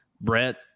Brett